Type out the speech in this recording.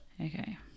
Okay